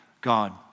God